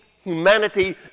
humanity